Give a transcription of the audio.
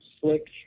slick